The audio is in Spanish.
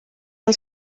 han